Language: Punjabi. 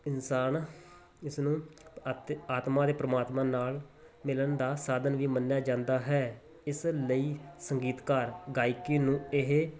ਇਨਸਾਨ ਇਸਨੂੰ ਅਤ ਆਤਮਾ ਅਤੇ ਪਰਮਾਤਮਾ ਨਾਲ ਮਿਲਣ ਦਾ ਸਾਧਨ ਵੀ ਮੰਨਿਆ ਜਾਂਦਾ ਹੈ ਇਸ ਲਈ ਸੰਗੀਤਕਾਰ ਗਾਇਕੀ ਨੂੰ ਇਹ